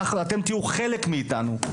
אתם תהיו חלק מאיתנו,